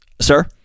sir